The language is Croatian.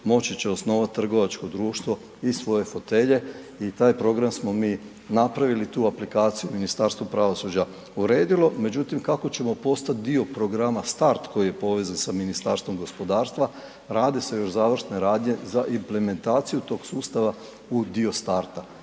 moći će osnovati trgovačko društvo iz svoje fotelje i taj program smo mi napravili, tu aplikaciju Ministarstvo pravosuđa uredilo, međutim kako ćemo postati dio Programa Start koji je povezan sa Ministarstvom gospodarstva rade se još završne radnje za implementaciju tog sustava u dio Starta,